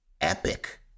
epic